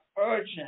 urgent